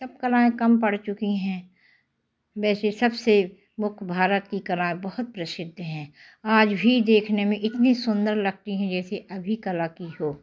सब कलाएँ कम पड़ चुकी हैं वैसे सब से मुख्य भारत की कलाएं बहुत प्रसिद्ध हैं आज भी देखने में इतनी सुंदर लगती हैं जैसे अभी कला की हो